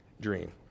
dream